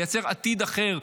לייצר עתיד אחר,